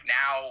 now